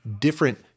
different